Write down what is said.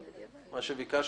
כמו שביקשתי.